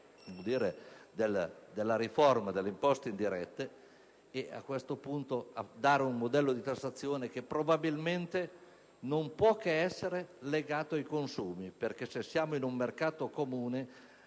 ma anche della riforma delle imposte dirette, per introdurre un modello di tassazione che probabilmente non può che essere legato ai consumi; se infatti siamo in un mercato comune